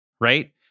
Right